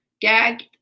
Gagged